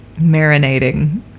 marinating